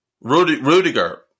Rudiger